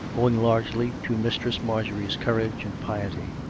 owing largely to mistress marjorie's courage and piety.